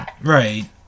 Right